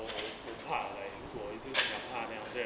oh oh 我怕 like 如果影子这样怕 then